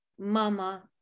Mama